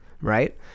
right